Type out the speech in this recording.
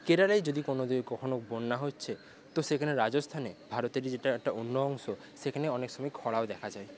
কেরালায় যদি কোনোদিন কখনো বন্যা হচ্ছে তো সেখানে রাজস্থানে ভারতের যেটা একটা অন্য অংশ সেখানে অনেক সময় খরাও দেখা যায়